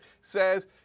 says